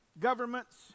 governments